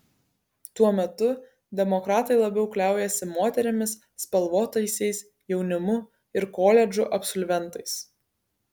tuo metu demokratai labiau kliaujasi moterimis spalvotaisiais jaunimu ir koledžų absolventais